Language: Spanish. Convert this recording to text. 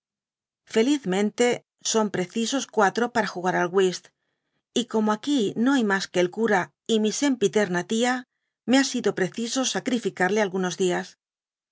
felizmente son precisos cuatro para jugar al wist y como aquí no hay mas que el cura y mi scpipitcma tia me ha sido preciso sacriácarle algunos dias